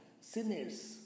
sinners